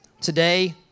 today